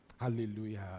Hallelujah